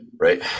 Right